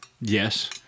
yes